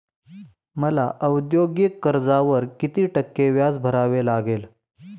मला औद्योगिक कर्जावर किती टक्के व्याज भरावे लागेल?